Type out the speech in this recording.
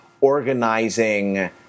organizing